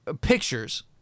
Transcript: pictures